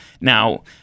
Now –